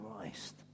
Christ